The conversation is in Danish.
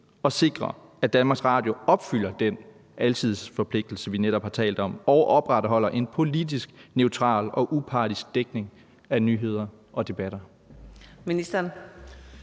at sikre, at Danmarks Radio opfylder den alsidighedsforpligtelse, vi netop har talt om, og opretholder en politisk neutral og upartisk dækning af nyheder og debatter.